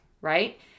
right